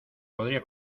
podría